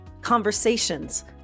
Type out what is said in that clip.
conversations